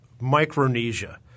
Micronesia